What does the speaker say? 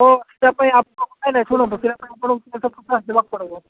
ହଁ ସେଟା ପାଇଁ ଆପଣଙ୍କୁ ନାଇଁ ନାଇଁ ଶୁଣନ୍ତୁ ଆସିବାକୁ ପଡ଼ିବ